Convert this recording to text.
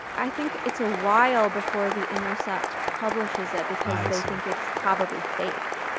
i think it's a while before the intercept publishes it because they think it's probably fake,